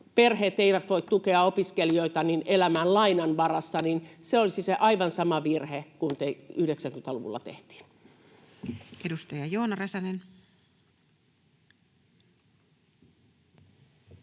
perheet eivät voi tukea opiskelijoita, elämään lainan varassa, niin se olisi aivan sama virhe kuin mikä 90-luvulla tehtiin. [Speech 260] Speaker: